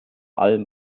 allem